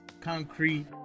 concrete